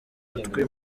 gutwi